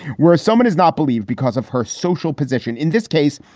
where someone is not believe because of her social position. in this case,